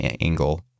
angle